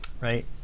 Right